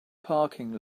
parking